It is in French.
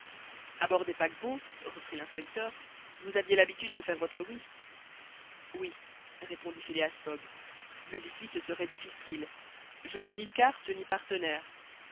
a bord des paquebots reprit l'inspecteur vous aviez l'habitude de faire votre whist oui répondit phileas fogg mais ici ce serait difficile je n'ai ni cartes ni partenaires